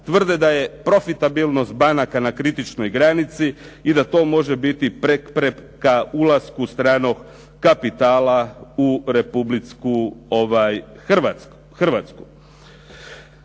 tvrde da je profitabilnost banaka na kritičnoj granici i da to može biti prepreka ulasku stranog kapitala u Republiku Hrvatsku.